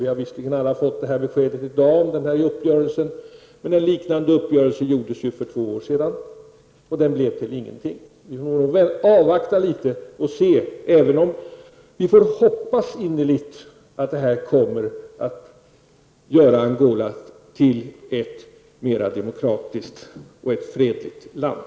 Vi har visserligen alla fått besked i dag om den aktuella uppgörelsen. Men en liknande uppgörelse träffades ju för två år sedan, och därav blev ingenting. Vi får nog avvakta litet. Vi får alltså innerligt hoppas att det här kommer att göra Angola till ett mera demokratiskt och fredligt land.